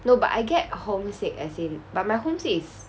no but I get homesick as in but my homesick is